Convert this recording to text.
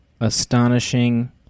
Astonishing